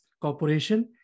corporation